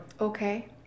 Okay